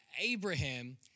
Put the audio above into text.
Abraham